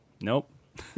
nope